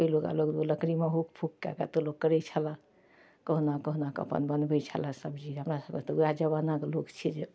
पहिलुका लोक लकड़ीमे हूक फुक कऽके तऽ लोक करै छलाह कहुना कहुनाकऽ अपन बनबै छलै सबजी हमरासभकेँ तऽ वएह जमानाके लोक छिए जे